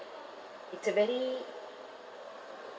it's a very